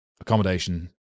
accommodation